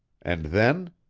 and then?